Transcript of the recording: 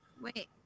Wait